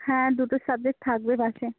হ্যাঁ দুটো সাবজেক্ট থাকবে পাসে